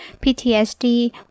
PTSD